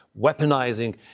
weaponizing